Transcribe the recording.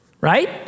Right